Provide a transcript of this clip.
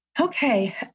Okay